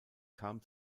kam